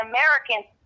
Americans